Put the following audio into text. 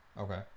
Okay